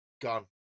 gone